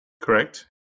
Correct